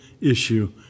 issue